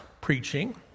preaching